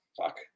Fuck